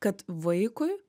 kad vaikui